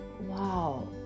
Wow